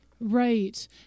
Right